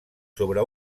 sobre